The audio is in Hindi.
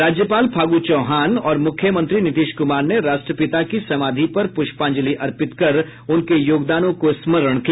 राज्यपाल फागू चौहान और मुख्यमंत्री नीतीश कुमार ने राष्ट्रपिता की समाधि पर प्रष्पांजलि अर्पित कर उनके योगदानों को स्मरण किया